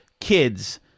kids